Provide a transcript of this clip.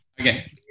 okay